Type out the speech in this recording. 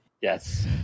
Yes